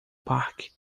parque